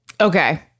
Okay